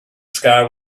sky